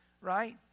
right